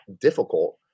difficult